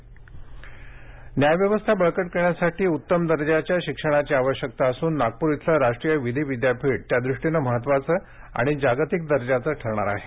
विधी विद्यापीठ न्यायव्यवस्था बळकट करण्यासाठी उत्तम दर्जाच्या शिक्षणाची आवश्यकता असून नागपूर इथलं राष्ट्रीय विधी विद्यापीठ त्या दृष्टीने महत्त्वाचे आणि जागतिक दर्जाचे ठरणार आहे